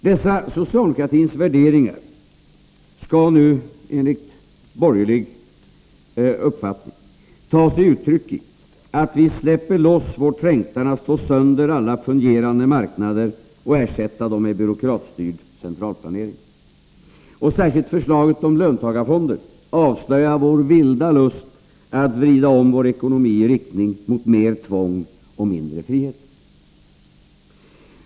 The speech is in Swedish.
Dessa socialdemokratins värderingar skall nu, enligt borgerlig uppfattning, ta sig uttryck i att vi släpper loss vår trängtan att slå sönder alla fungerande marknader och ersätta dem med byråkratstyrd centralplanering. Och särskilt förslaget om löntagarfonder avslöjar vår vilda lust att vrida om vår ekonomi i riktning mot mer tvång och mindre frihet.